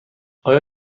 آیا